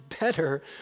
better